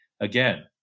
Again